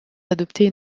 d’adopter